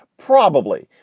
probably,